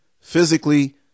physically